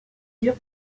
dure